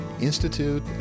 Institute